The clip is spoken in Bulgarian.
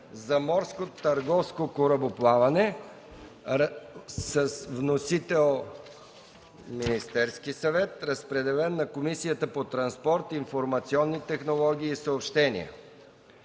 за морско търговско корабоплаване. Вносител е Министерският съвет. Водеща е Комисията по транспорт, информационни технологии и съобщения.